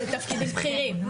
זה תפקידים בכירים.